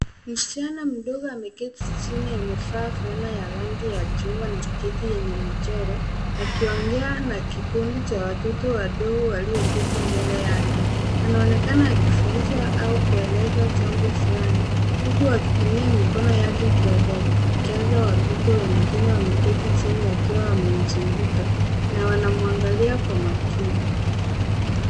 Msichana mdogo ameketi chini amevaa fulana ya rangi ya chungwa na sketi yenye michoro akiongea na kikundi cha watotot wadogo walioketi mbele yake. Anaonekana akifundisha au kueleza jambo fulani huku akitumia mikono yake kuelekeza watoto wengine wameketi chini wakiwa wamemzunguka na wanamwangalia kwa makini.